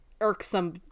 irksome